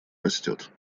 растет